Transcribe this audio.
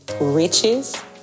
riches